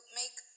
make